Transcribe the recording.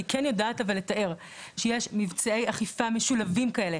אני כן יודעת לתאר שיש מבצעי אכיפה משולבים כאלה,